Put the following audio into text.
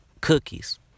cookies